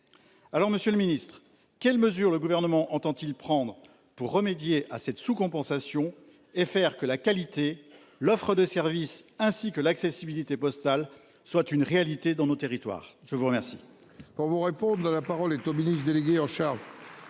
Alors Monsieur le Ministre, quelles mesures le gouvernement entend-il prendre pour remédier à cette sous-compensation et faire que la qualité, l'offre de service, ainsi que l'accessibilité postal soit une réalité dans nos territoires. Je vous remercie. Pour vous répondre. La parole est au ministre délégué en charge.